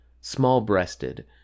Small-breasted